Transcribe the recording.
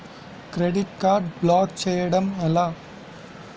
Credit card block చేయడం ఎలా?